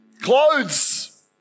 Clothes